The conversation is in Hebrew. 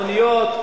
המוניות,